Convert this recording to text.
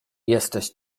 jesteś